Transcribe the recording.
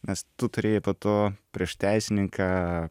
nes tu turėjai po to prieš teisininką